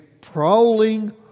prowling